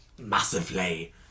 Massively